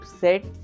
set